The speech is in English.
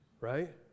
right